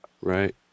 Right